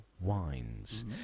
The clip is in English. wines